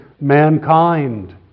mankind